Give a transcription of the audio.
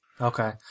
Okay